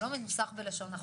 הוא לא מנוסח בלשון החוק.